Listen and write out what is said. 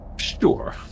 Sure